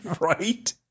Right